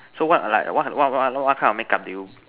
so what like what what what what kind of make up do you